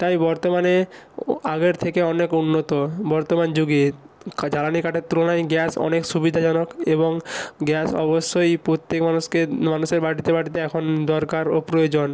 তাই বর্তমানে ও আগের থেকে অনেক উন্নত বর্তমান যুগে জ্বালানি কাঠের তুলনায় গ্যাস অনেক সুবিদাজনক এবং গ্যাস অবশ্যই প্রত্যেক মানুষকে মানুষের বাড়িতে বাড়িতে এখন দরকার ও প্রয়োজন